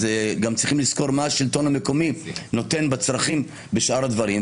צריכים לזכור מה השלטון המקומי נותן בצרכים בשאר הדברים,